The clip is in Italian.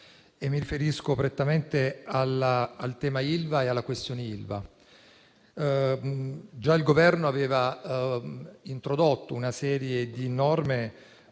mi riferisco prettamente al tema e alla questione dell'Ilva. Il Governo aveva già introdotto una serie di norme